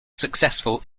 successful